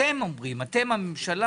אתם הממשלה,